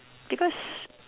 because